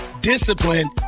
discipline